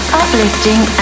uplifting